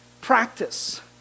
practice